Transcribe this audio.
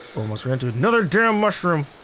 almost ran into another damn mushroom.